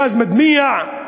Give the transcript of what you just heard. גז מדמיע,